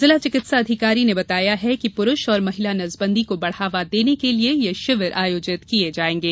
जिला चिकित्सा अधिकारी ने बताया कि पुरूष एवं महिला नसबंदी को बढ़ावा देने के लिये यह शिविर आयोजित किये जायेंगे